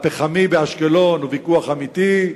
הפחמית באשקלון הוא ויכוח אמיתי.